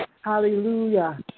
Hallelujah